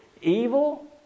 evil